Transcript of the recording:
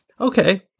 Okay